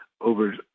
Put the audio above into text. over